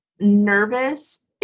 nervous